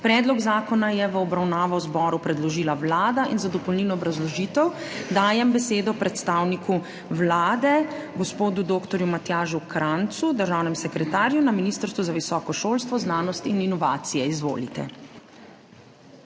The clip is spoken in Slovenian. Predlog zakona je v obravnavo zboru predložila Vlada in za dopolnilno obrazložitev dajem besedo predstavniku Vlade, gospodu dr. Matjažu Krajncu, državnemu sekretarju na Ministrstvu za visoko šolstvo, znanost in inovacije. Izvolite.